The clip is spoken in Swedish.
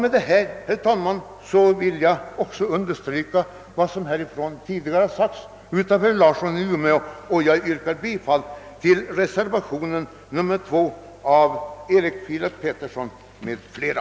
Med detta har jag, herr talman, velat understryka vad herr Larsson i Umeå tidigare anfört, och jag ber som sagt att få yrka bifall till reservationen 2 av herr Erik Filip Petersson m.fl.